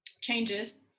changes